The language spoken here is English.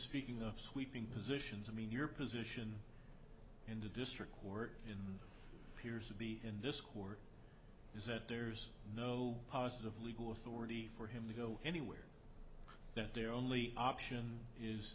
speaking of sweeping positions i mean your position in the district court hears the discord is that there's no positive legal authority for him to go anywhere that their only option is